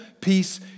Peace